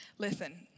Listen